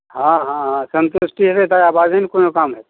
हँ हँ हँ सन्तुष्टि हेतै तकर बादे ने कोनो काम हेतै